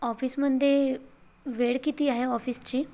ऑफिसमध्ये वेळ किती आहे ऑफिसची